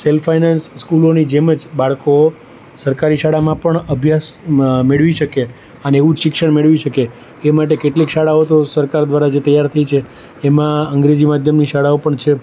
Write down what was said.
cell finance સ્કૂલોની જેમ જ બાળકો સરકારી શાળામાં પણ અભ્યાસ મા મેળવી શકે અને ઉચ્ચ શિક્ષણ મેળવી શકે એ માટે કેટલીક શાળાઓ તો સરકાર દ્વારા જે તૈયાર થઈ છે એમાં અંગ્રેજી માધ્યમની શાળાઓ પણ છે